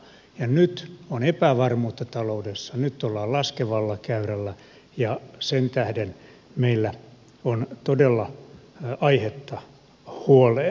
ja nyt on epävarmuutta taloudessa nyt ollaan laskevalla käyrällä ja sen tähden meillä on todella aihetta huoleen